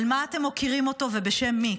על מה אתם מוקירים אותו ובשם מי?